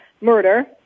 murder